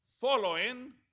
following